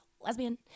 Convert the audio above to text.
lesbian